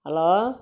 hello